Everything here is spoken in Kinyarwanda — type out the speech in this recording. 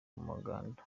muganda